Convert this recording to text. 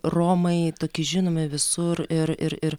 romai tokie žinomi visur ir ir ir